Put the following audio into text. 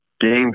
games